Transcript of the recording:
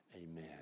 amen